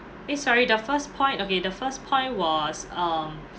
eh sorry the first point okay the first point was um